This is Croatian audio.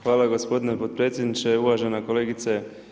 Hvala gospodine potpredsjedniče, uvažena kolegice.